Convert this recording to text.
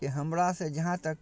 कि हमरासँ जहाँ तक